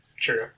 true